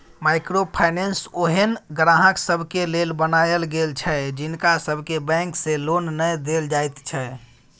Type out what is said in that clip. micro finance ओहेन ग्राहक सबके लेल बनायल गेल छै जिनका सबके बैंक से लोन नै देल जाइत छै